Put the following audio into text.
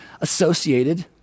associated